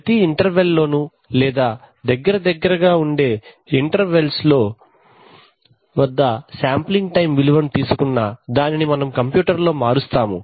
ప్రతి ఇంటెర్వెల్ లోనూ లేదా దగ్గర దగ్గరగా ఉండే ఇంటెర్వెల్స్ ల వద్ద శాంప్లింగ్ టైం విలువను తీసుకున్నా దానిని మనం కంప్యూటర్ లో మారుస్తాము